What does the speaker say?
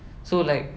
so like